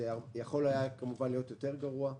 זה יכול היה כמובן להיות גרוע יותר,